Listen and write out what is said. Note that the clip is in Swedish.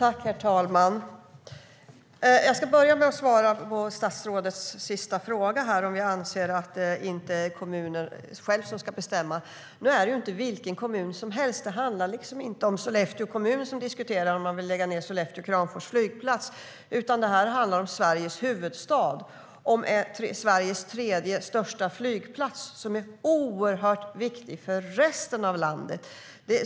Herr talman! Jag ska börja med att svara på statsrådets sista fråga, alltså om vi anser att kommuner inte själva ska bestämma. Det här är ju inte vilken kommun som helst; det handlar liksom inte om att Sollefteå kommun diskuterar att lägga ned Kramfors-Sollefteå flygplats. Det handlar i stället om Sveriges huvudstad och Sveriges tredje största flygplats, som är oerhört viktig för resten av landet.